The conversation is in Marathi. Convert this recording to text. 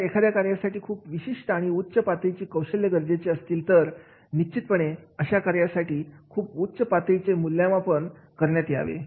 जर एखाद्या कार्यासाठी खूप विशिष्ट आणि उच्च पातळीची कौशल्य गरजेचे असतील तर निश्चितपणे अशा कार्यासाठी खूप उच्च पातळीचे मूल्यमापन करण्यात यावे